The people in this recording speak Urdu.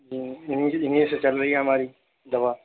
ہوں انہیں سے چل رہی ہے ہماری دوا